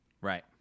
Right